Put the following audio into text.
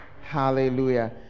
Hallelujah